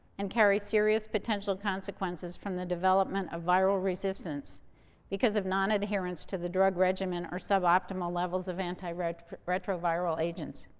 and carry serious potential consequences from the development of viral resistance because of non-adherence to the drug regimen, or suboptimal levels of antiretroviral agents.